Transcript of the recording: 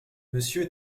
monsieur